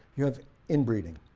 you have inbreeding,